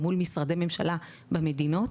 או מול משרדי ממשלה במדינות,